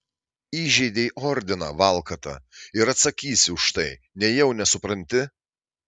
įžeidei ordiną valkata ir atsakysi už tai nejau nesupranti